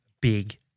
big